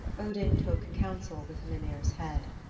odin took council with mimir's head.